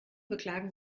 beklagen